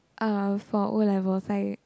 uh for O-levels I